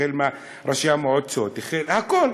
החל בראשי המועצות והכול.